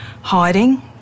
hiding